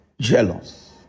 jealous